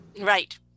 Right